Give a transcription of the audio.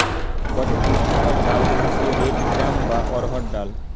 গটে পুষ্টিকর ডাল হতিছে রেড গ্রাম বা অড়হর ডাল